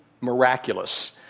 miraculous